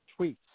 tweets